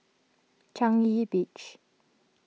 Changi Beach